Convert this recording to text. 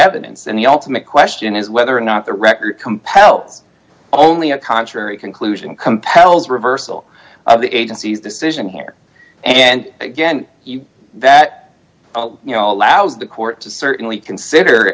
evidence and the ultimate question is whether or not the record compels only a contrary conclusion compels reversal of the agency's decision here and again that you know allows the court to certainly consider